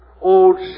old